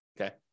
okay